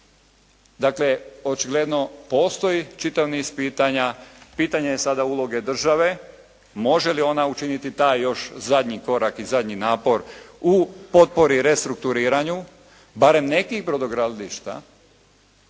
Dakle, očigledno postoji čitav niz pitanja, pitanje je sada uloge države, može li ona učiniti taj još zadnji korak i zadnji napor u potpori restrukturiranju barem nekih brodogradilišta,